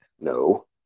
No